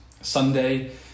Sunday